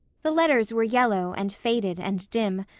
the letters were yellow and faded and dim,